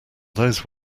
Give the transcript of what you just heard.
those